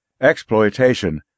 exploitation